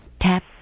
Tap